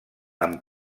amb